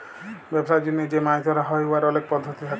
ব্যবসার জ্যনহে যে মাছ ধ্যরা হ্যয় উয়ার অলেক পদ্ধতি থ্যাকে